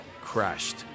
crashed